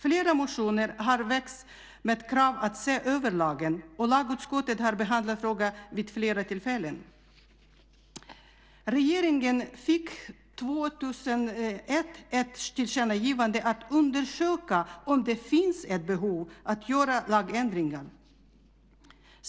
Flera motioner har väckts med krav på att se över lagen, och lagutskottet har behandlat frågan vid flera tillfällen. Regeringen fick 2001 ett tillkännagivande om att undersöka om det finns ett behov av att göra lagändringar.